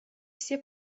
все